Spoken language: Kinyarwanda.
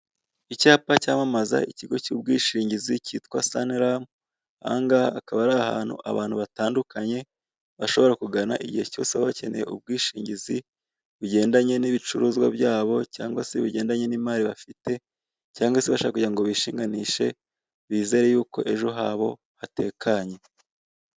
Icyapa cyamamaza ikigo cy'ubwishingizi kitwa Sanlam ahangaha hakaba ari ahantu abantu batandukanye bashobora kugana igihe cyose baba bakeneye ubwishingizi bugendanye n'ibicuruzwa byabo cyangwa se bugendanye ni mari bafite cyangwa se bashaka kugirango bishinganishe bizere yuko ejo habo hatekanye.